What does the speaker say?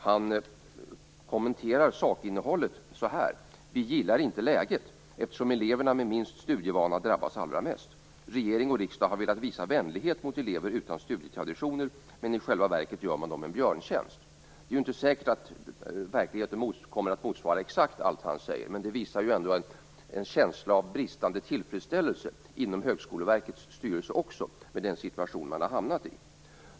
Han kommenterar sakinnehållet så här: Vi gillar inte läget eftersom eleverna med minst studievana drabbas allra mest. Regering och riksdag har velat visa vänlighet mot elever utan studietraditioner, men i själva verket gör man dem en björntjänst. Det är inte säkert att verkligheten exakt kommer att motsvara det han säger, men det visar ändå på en känsla av bristande tillfredsställelse med den situation man har hamnat i också inom Högskoleverkets styrelse.